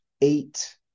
eight